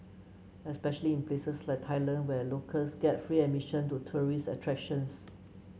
especially in places like Thailand where locals get free admission to tourist attractions